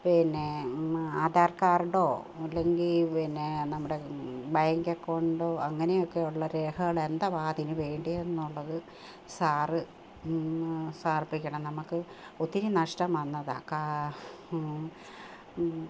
പിന്നേ ആധാര് കാർഡോ അല്ലെങ്കിൽ പിന്നെ നമ്മുടെ ബാങ്ക് അക്കൗണ്ടോ അങ്ങനെയൊക്കെ ഉള്ള രേഖകൾ എന്തൊവാ അതിന് വേണ്ടതെന്നുള്ളത് സാറ് സമര്പ്പിക്കണം നമുക്ക് ഒത്തിരി നഷ്ടം വന്നതാണ് കാ